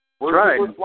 right